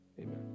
Amen